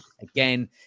Again